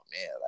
man